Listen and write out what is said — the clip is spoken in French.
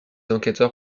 enquêteurs